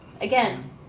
Again